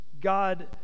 God